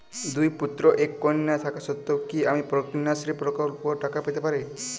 দুই পুত্র এক কন্যা থাকা সত্ত্বেও কি আমি কন্যাশ্রী প্রকল্পে টাকা পেতে পারি?